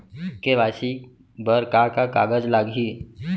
KYC बर का का कागज लागही?